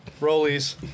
Rollies